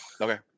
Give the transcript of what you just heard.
okay